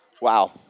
wow